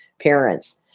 parents